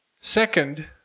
Second